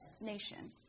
nation